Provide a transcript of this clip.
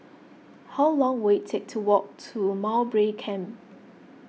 how long will it take to walk to Mowbray Camp